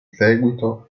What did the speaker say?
seguito